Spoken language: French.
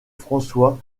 françois